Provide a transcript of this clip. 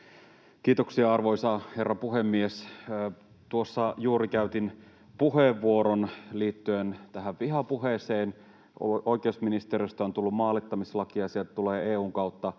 Kiitoksia, arvoisa herra puhemies! Tuossa juuri käytin puheenvuoron liittyen tähän vihapuheeseen. Oikeusministeriöstä on tullut maalittamislaki, ja sieltä tulee EU:n kautta